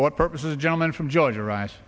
for purposes gentleman from georgia ari